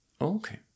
Okay